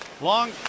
Long